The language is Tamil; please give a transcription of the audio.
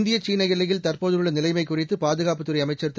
இந்திய சீன எல்லையில் தற்போதுள்ள நிலைமை குறித்து பாதுகாப்புத்துறை அமைச்சர் திரு